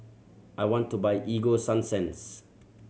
I want to buy Ego Sunsense